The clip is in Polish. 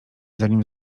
zanim